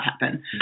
happen